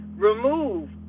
Remove